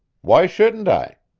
why shouldn't i?